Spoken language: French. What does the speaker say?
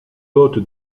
haute